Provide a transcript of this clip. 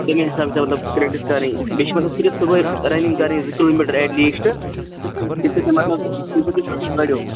تَمی حِساب چھِ مطلب پریکٹٕس کٔرٕنۍ مےٚ چھِ مطلب صِرف صُبحے رانِنٛگ کٔرٕنۍ زٕ کِلوٗ میٖٹر ایٹ لیٖسٹہٕ یُس تُہۍ مطلب ییٚمہِ سٍتۍ تُہۍ مطلب سُپیٖڈ بڈیِو